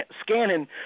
scanning